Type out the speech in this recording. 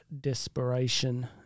desperation